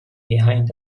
behind